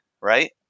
right